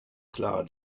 klar